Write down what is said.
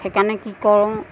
সেই কাৰণে কি কৰোঁ